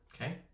Okay